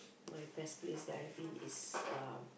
my best place that I've been is uh